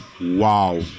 wow